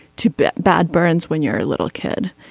too but bad burns when you're a little kid.